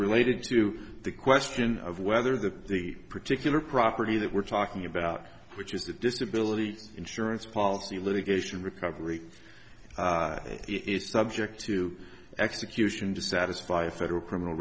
related to the question of whether the the particular property that we're talking about which is the disability insurance policy litigation recovery is subject to execution to satisfy a federal criminal